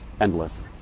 endless